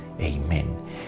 Amen